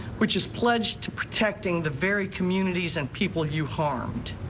which is pledged to protecting the very communities and people you harmed.